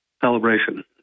celebration